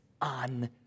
on